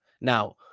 Now